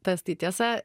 tas tai tiesa